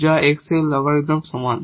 যা x এর লগারিদমিকের সমান